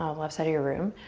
um left side of your room.